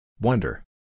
Wonder